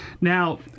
Now –